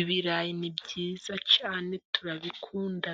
Ibirayi ni byiza cyane turabikunda